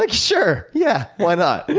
like sure. yeah, why not?